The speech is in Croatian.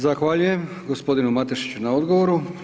Zahvaljujem gospodinu Matešiću na odgovoru.